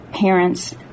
parents